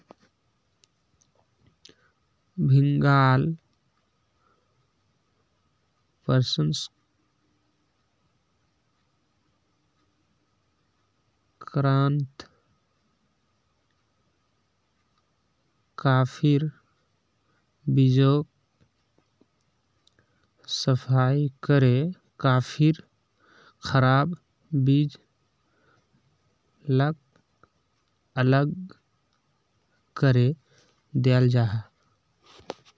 भीन्गाल प्रशंस्कर्नोत काफिर बीजोक सफाई करे काफिर खराब बीज लाक अलग करे दियाल जाहा